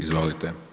Izvolite.